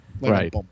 Right